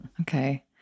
okay